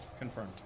confirmed